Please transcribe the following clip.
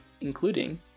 including